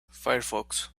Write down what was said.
firefox